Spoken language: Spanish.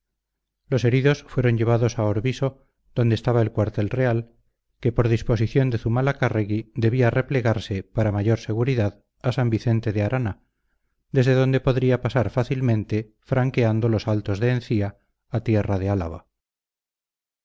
los heridos fueron llevados a orbiso donde estaba el cuartel real que por disposición de zumalacárregui debía replegarse para mayor seguridad a san vicente de arana desde donde podría pasar fácilmente franqueando los altos de encía a tierra de álava